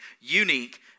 unique